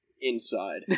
inside